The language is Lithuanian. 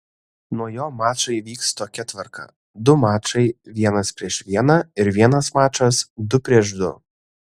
nuo jo mačai vyks tokia tvarka du mačai vienas prieš vieną ir vienas mačas du prieš du